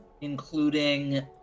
including